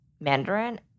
Mandarin